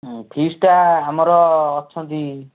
ହଁ ଫିସ୍ ଟା ଆମର ଅଛନ୍ତି